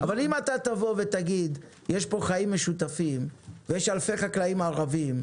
אבל אם תגיד שיש פה חיים משותפים ויש אלפי חקלאים ערבים,